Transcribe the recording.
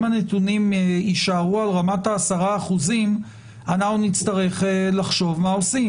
אם הנתונים יישארו על רמת ה-10% אנחנו נצטרך לחשוב מה עושים.